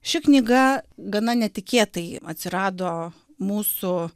ši knyga gana netikėtai atsirado mūsų